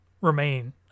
remain